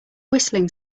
whistling